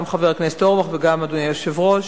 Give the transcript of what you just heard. גם חבר הכנסת אורבך וגם אדוני היושב-ראש,